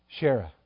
Shara